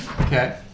Okay